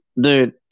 dude